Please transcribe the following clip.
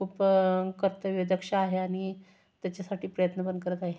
खूप कर्तव्यदक्ष आहे आणि त्याच्यासाठी प्रयत्न पण करत आहे